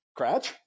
Cratch